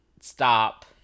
stop